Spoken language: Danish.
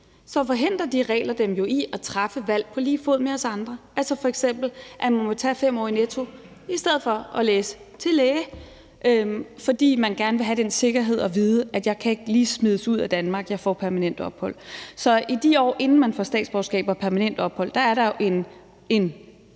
forhindrer de regler dem jo i at træffe valg på lige fod med os andre, altså at man f.eks. må tage 5 år i Netto i stedet for at læse til læge, fordi man gerne vil have den sikkerhed at vide, at man ikke lige kan blive smidt ud af Danmark, fordi man får permanent opholdstilladelse. Så i de år, inden man får statsborgerskab og permanent opholdstilladelse, er der jo en